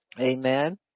Amen